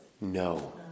No